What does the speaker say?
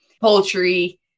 poultry